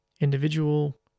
individual